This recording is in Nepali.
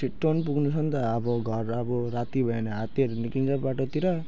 छिट्टो पनि पुग्नु छ नि त अब घर अब राति भयो भने हात्तीहरू निस्किन्छ बाटोतिर